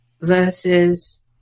versus